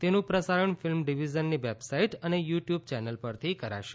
તેનું પ્રસારણ ફીલ્મ ડીવીઝનની વેબસાઇટ અને યુ ટયુબ યેનલ પરથી કરાશે